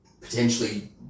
potentially